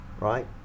right